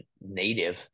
native